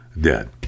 dead